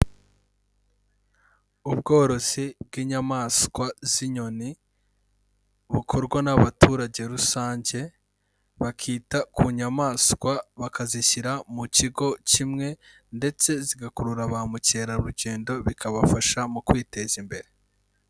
Ubworozi bw'inyamaswa z'inyoni, bukorwa n'abaturage rusange, bakita ku nyamaswa bakazishyira mu kigo kimwe ndetse zigakurura ba mukerarugendo bikabafasha mu kwiteza imbere.